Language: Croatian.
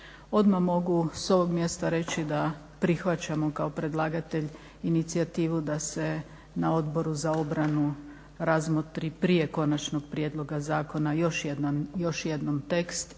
Odmah mogu s ovog mjesta reći da prihvaćamo kao predlagatelj inicijativu da se na Odboru za obranu razmotri prije Konačnog prijedloga zakona još jednom tekst